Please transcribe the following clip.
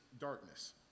darkness